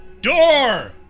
door